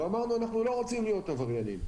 אמרנו: אנחנו לא רוצים להיות עבריינים,